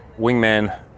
wingman